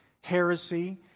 heresy